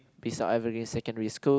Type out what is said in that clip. beside Evergreen Secondary School